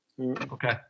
Okay